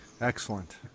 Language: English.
Excellent